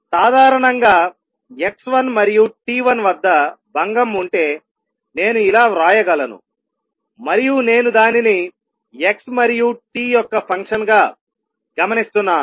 సాధారణంగా x 1 మరియు t 1 వద్ద భంగం ఉంటే నేను ఇలా వ్రాయగలను మరియు నేను దానిని x మరియు t యొక్క ఫంక్షన్గా గమనిస్తున్నాను